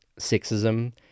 sexism